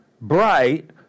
bright